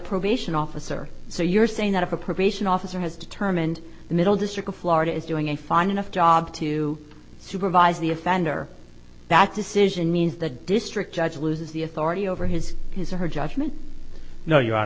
probation officer so you're saying that if a probation officer has determined the middle district of florida is doing a fine enough job to supervise the offender that decision means the district judge loses the authority over his or her judgement no you